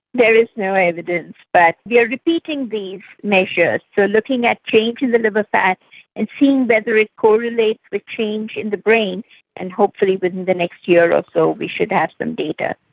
there is no evidence, but we are repeating these measures, so looking at change in the liver fat and seeing whether it correlates with change in the brain and hopefully within the next year ah so we should have some data.